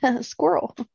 squirrel